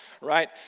right